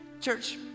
church